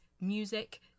music